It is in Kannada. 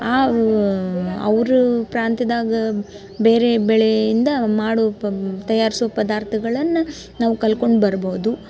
ಅವು ಅವ್ರ ಪ್ರಾಂತ್ಯದಾಗ ಬೇರೆ ಬೆಳೆಯಿಂದ ಮಾಡೋ ಪಾ ತಯಾರಿಸೋ ಪದಾರ್ಥಗಳನ್ನು ನಾವು ಕಲ್ತ್ಕೊಂಡ್ ಬರ್ಬೋದು